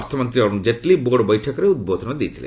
ଅର୍ଥମନ୍ତ୍ରୀ ଅରୁଣ ଜେଟ୍ଲୀ ବୋର୍ଡ ବୈଠକରେ ଉଦ୍ବୋଧନ ଦେଇଥିଲେ